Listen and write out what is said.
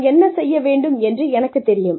நான் என்ன செய்ய வேண்டும் என்று எனக்குத் தெரியும்